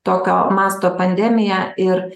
tokio masto pandemija ir